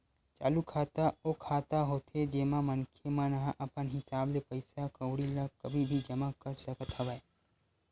चालू खाता ओ खाता होथे जेमा मनखे मन ह अपन हिसाब ले पइसा कउड़ी ल कभू भी जमा कर सकत हवय